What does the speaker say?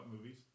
movies